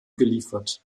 geliefert